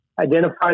identify